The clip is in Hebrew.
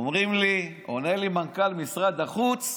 עונה לי מנכ"ל משרד החוץ: